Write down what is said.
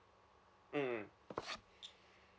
mm